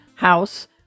house